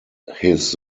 his